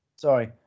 sorry